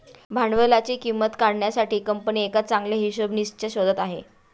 भांडवलाची किंमत काढण्यासाठी कंपनी एका चांगल्या हिशोबनीसच्या शोधात आहे